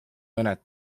mõned